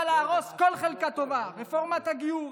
להרוס כל חלקה טובה: רפורמת הגיור,